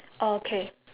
oh okay